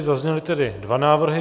Zazněly tedy dva návrhy.